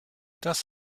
das